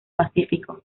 pacífico